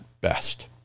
best